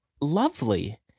lovely